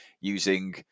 using